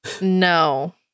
No